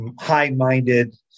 high-minded